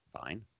Fine